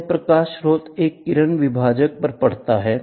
यह प्रकाश स्रोत एक किरण विभाजक पर पड़ता है